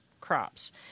crops